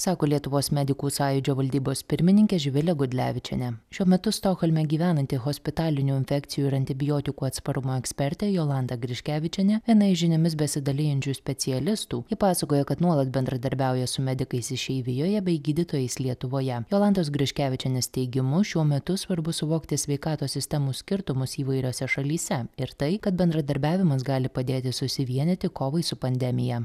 sako lietuvos medikų sąjūdžio valdybos pirmininkė živilė gudlevičienė šiuo metu stokholme gyvenanti hospitalinių infekcijų ir antibiotikų atsparumo ekspertė jolanta griškevičienė jinai žiniomis besidalijančių specialistų ji pasakoja kad nuolat bendradarbiauja su medikais išeivijoje bei gydytojais lietuvoje jolantos griškevičienės teigimu šiuo metu svarbu suvokti sveikatos sistemų skirtumus įvairiose šalyse ir tai kad bendradarbiavimas gali padėti susivienyti kovai su pandemija